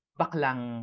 baklang